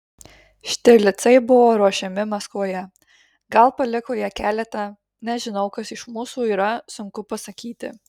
štirlicai buvo ruošiami maskvoje gal paliko jie keletą nežinau kas iš mūsų yra sunku pasakyti